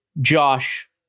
Josh